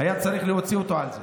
היה צריך להוציא אותו על זה